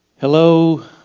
Hello